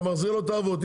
מחזיר לו את הערבות.